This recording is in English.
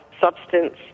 substance